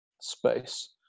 space